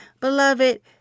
Beloved